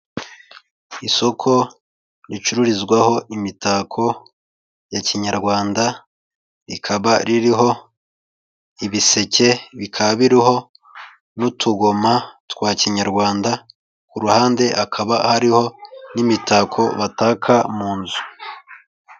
Isoko ricururizwaho imitako ya kinyarwanda, rikaba ririho ibiseke, bikaba biriho n'utugoma twa kinyarwanda, ku ruhande hakaba hariho n'imitako bataka mu nzu.